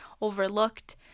overlooked